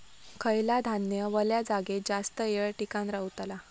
खयला धान्य वल्या जागेत जास्त येळ टिकान रवतला?